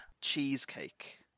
cheesecake